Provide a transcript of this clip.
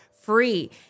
free